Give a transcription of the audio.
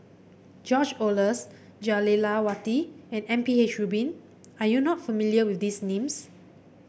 George Oehlers Jah Lelawati and M P H Rubin are you not familiar with these names